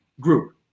Group